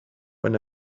when